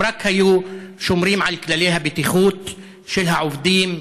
אם רק היו שומרים על כללי הבטיחות של העובדים,